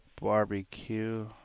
Barbecue